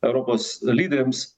europos lyderiams